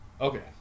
Okay